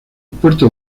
puerto